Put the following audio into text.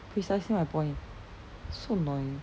precisely my point so annoying